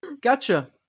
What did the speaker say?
Gotcha